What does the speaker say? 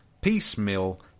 piecemeal